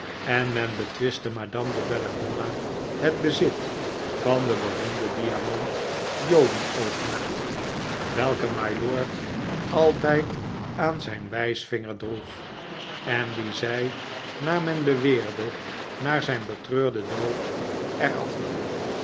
en men betwistte madame de belladonna het bezit van den beroemden diamant joden oog genaamd welken mylord altijd aan zijn wijsvinger droeg en dien zij naar men beweerde na zijn betreurden dood er afnam